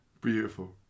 Beautiful